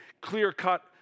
clear-cut